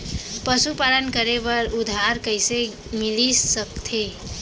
पशुपालन करे बर उधार कइसे मिलिस सकथे?